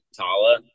Tala